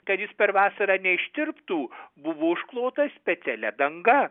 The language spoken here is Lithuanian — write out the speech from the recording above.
kad jis per vasarą neištirptų buvo užklotas specialia danga